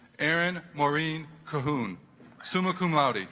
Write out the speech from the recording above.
erin maureen cahoon summa cum laude